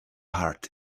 heart